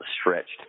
stretched